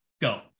Go